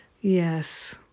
Yes